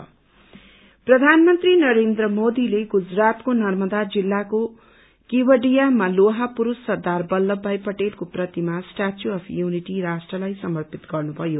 statue of unity प्रधानमन्त्री नरेन्द्र मोदीले गुजरातको नर्मदा जिल्लाको केवडियामा लोहा पुरूष सरदार बल्लभ भाई पटेलको प्रतिमा स्ट्याचु अफ् यूनिटी राष्ट्रलाई समर्पित गर्नुभयो